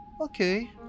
Okay